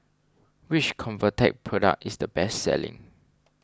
which Convatec product is the best selling